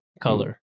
color